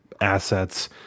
assets